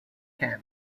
camp